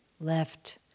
left